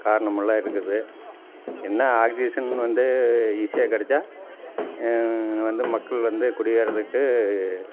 காரணமுல்லாம் இருக்குது என்ன ஆக்சிஜன் வந்து ஈஸியாக கெடைச்சா வந்து மக்கள் வந்து குடியேறதுக்கு